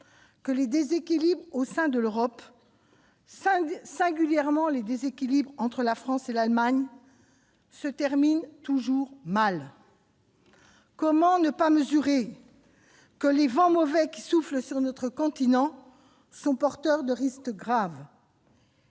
que les déséquilibres au sein de l'Europe, singulièrement entre la France et l'Allemagne, se terminent toujours mal. Comment ne pas comprendre que les vents mauvais qui soufflent sur notre continent sont porteurs de risques graves ?